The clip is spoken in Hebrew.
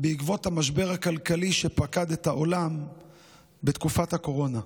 בעקבות המשבר הכלכלי שפקד את העולם בתקופת הקורונה.